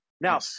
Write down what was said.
now